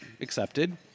accepted